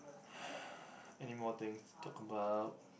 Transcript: anymore things to talk about